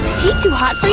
tea too hot for you?